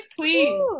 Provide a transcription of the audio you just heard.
please